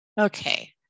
Okay